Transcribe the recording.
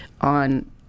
on